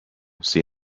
see